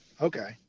Okay